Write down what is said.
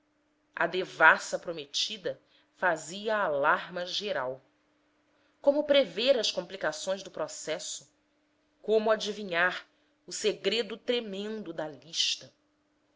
a devassa prometida fazia alarma geral como prever as complicações do processo como adivinhar o segredo tremendo da lista